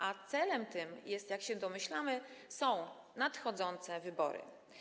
A celem tym są, jak się domyślamy, nadchodzące wybory.